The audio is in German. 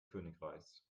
königreichs